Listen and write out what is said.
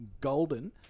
golden